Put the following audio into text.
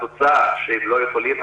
התוצאה היא שהם לא יכולים.